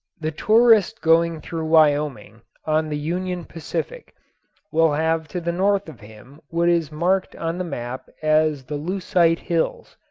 the tourist going through wyoming on the union pacific will have to the north of him what is marked on the map as the leucite hills.